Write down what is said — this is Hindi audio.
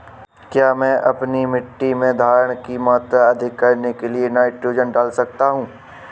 क्या मैं अपनी मिट्टी में धारण की मात्रा अधिक करने के लिए नाइट्रोजन डाल सकता हूँ?